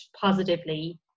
positively